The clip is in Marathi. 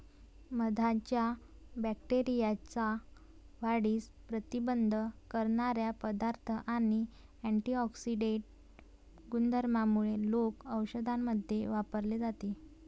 मधाच्या बॅक्टेरियाच्या वाढीस प्रतिबंध करणारा पदार्थ आणि अँटिऑक्सिडेंट गुणधर्मांमुळे लोक औषधांमध्ये वापरले जाते